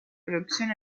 producción